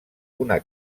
una